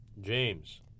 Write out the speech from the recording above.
James